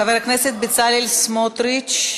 חבר הכנסת בצלאל סמוטריץ,